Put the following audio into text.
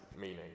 meaning